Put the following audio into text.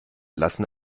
lassen